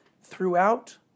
throughout